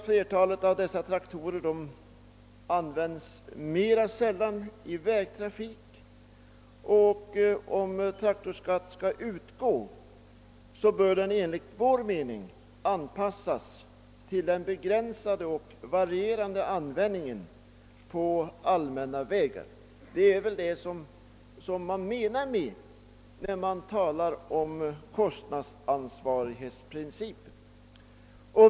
Flertalet av dessa traktorer används mera sällan i vägtrafik. Om skatt skall utgå för sådana traktorer bör den enligt vår mening avpassas efter den begränsade och starkt varierande användningen på allmän väg. Det är väl detta man avser när man talar om kostnadsansvarighetsprincipen.